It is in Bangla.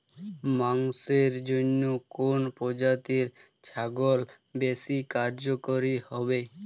মাংসের জন্য কোন প্রজাতির ছাগল বেশি কার্যকরী হবে?